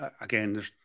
Again